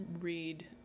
read